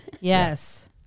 yes